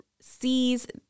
sees